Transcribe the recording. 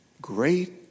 great